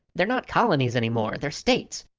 they're not colonies anymore, they're states.